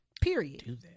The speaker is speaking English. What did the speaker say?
Period